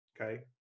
okay